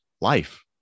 life